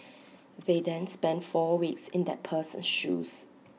they then spend four weeks in that person's shoes